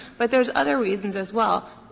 but there are other reasons as well.